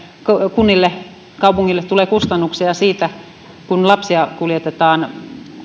kunnille kaupungeille tulee kustannuksia siitä kun lapsia kuljetetaan